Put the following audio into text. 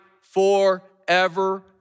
forever